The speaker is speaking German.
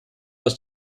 aus